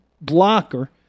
blocker